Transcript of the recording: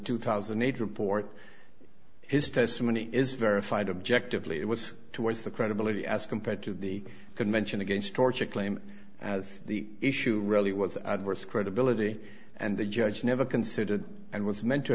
two thousand and eight report his testimony is verified objectively it was towards the credibility as compared to the convention against torture claim as the issue really was adverse credibility and the judge never considered and was meant to